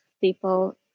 people